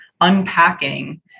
unpacking